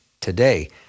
today